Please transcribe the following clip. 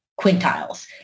quintiles